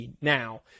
Now